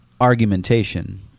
argumentation